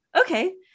okay